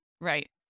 right